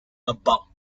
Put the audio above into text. about